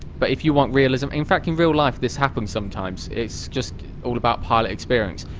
but if you want realism in fact in real life this happens sometimes, it's just all about pilot experience.